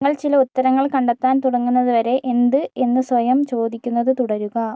നിങ്ങൾ ചില ഉത്തരങ്ങൾ കണ്ടെത്താൻ തുടങ്ങുന്നതു വരെ എന്ത് എന്ന് സ്വയം ചോദിക്കുന്നത് തുടരുക